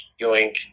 yoink